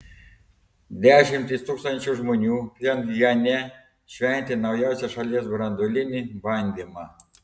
dešimtys tūkstančių žmonių pchenjane šventė naujausią šalies branduolinį bandymą